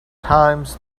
times